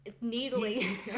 needling